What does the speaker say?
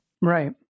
Right